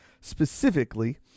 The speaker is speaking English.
specifically